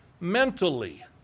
mentally